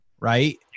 right